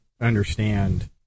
understand